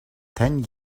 ten